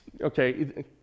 Okay